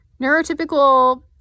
Neurotypical